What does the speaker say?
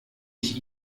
ich